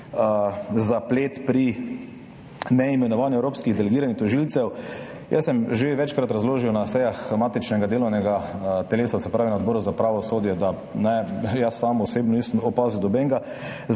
zaplet pri neimenovanju evropskih delegiranih tožilcev. Jaz sem že večkrat razložil na sejah matičnega delovnega telesa, se pravi na Odboru za pravosodje, da sam osebno nisem opazil nobenega